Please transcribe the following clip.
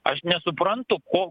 aš nesuprantu ko